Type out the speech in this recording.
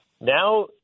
Now